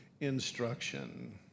instruction